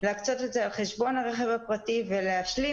להקצות את זה על חשבון הרכב הפרטי ולהשלים